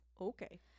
okay